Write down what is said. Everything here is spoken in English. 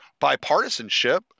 bipartisanship